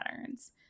patterns